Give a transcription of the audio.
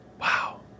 wow